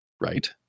right